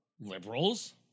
liberals